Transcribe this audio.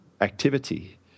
Activity